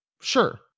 Sure